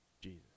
Jesus